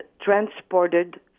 transported